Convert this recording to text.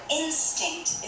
instinct